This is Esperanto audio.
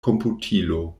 komputilo